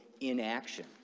inaction